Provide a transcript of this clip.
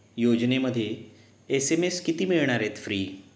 योजनेमध्ये S M S किती मिळणार आहेत फ्री